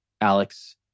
Alex